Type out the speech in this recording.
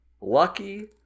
Lucky